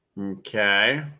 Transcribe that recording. Okay